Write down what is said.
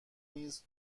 نیز